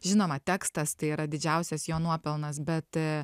žinoma tekstas tai yra didžiausias jo nuopelnas bet a